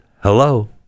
Hello